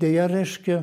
deja reiškia